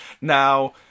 Now